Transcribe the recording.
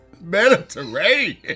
Mediterranean